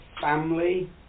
family